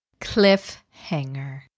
Cliffhanger